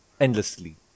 endlessly